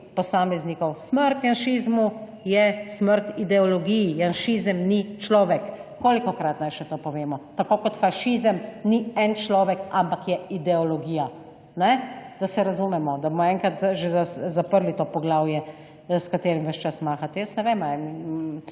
posameznikov. Smrt Janšizmu je smrt ideologiji, Janšizem ni človek, kolikokrat naj še to povemo, tako kot fašizem ni en človek, ampak je ideologija, da se razumemo, da bomo enkrat že zaprli to poglavje s katerim ves čas mahate. Jaz ne vem,